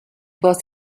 was